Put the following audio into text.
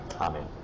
Amen